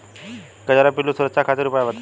कजरा पिल्लू से सुरक्षा खातिर उपाय बताई?